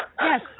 Yes